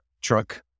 truck